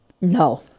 No